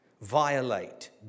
violate